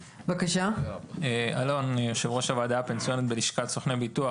שמי אלון ואני יושב ראש הוועדה הפנסיונית בלשכת סוכני הביטוח בישראל.